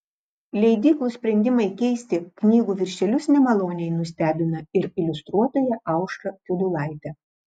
leidyklų sprendimai keisti knygų viršelius nemaloniai nustebina ir iliustruotoją aušrą kiudulaitę